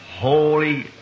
holy